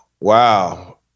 wow